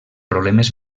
problemes